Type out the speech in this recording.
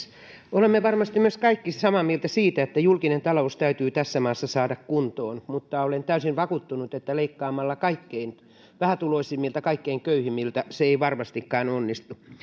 olemme varmasti kaikki samaa mieltä myös siitä että julkinen talous täytyy tässä maassa saada kuntoon mutta olen täysin vakuuttunut että leikkaamalla kaikkein vähätuloisimmilta kaikkein köyhimmiltä se ei varmastikaan onnistu